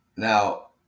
Now